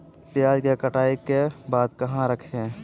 प्याज के कटाई के बाद कहा रखें?